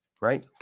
right